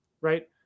right